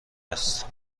است